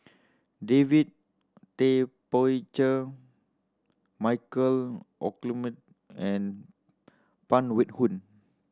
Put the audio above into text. David Tay Poey Cher Michael and Phan Wait Hong